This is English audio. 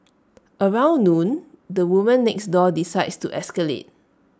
around noon the woman next door decides to escalate